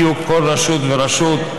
בדיוק כל רשות ורשות,